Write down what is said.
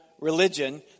religion